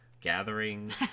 gatherings